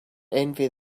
envy